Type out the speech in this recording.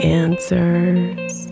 answers